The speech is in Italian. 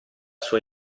sua